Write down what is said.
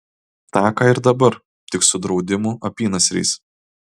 tą ką ir dabar tik su draudimų apynasriais